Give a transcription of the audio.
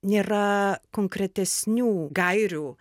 nėra konkretesnių gairių